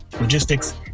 logistics